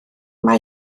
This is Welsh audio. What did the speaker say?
mae